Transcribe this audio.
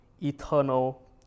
eternal